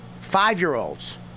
Five-year-olds